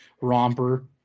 romper